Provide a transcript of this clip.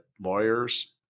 lawyers